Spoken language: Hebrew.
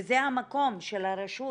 וזה המקום של הרשות,